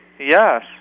Yes